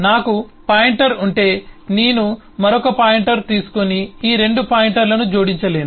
నాకు పాయింటర్ ఉంటే నేను మరొక పాయింటర్ తీసుకొని ఈ 2 పాయింటర్లను జోడించలేను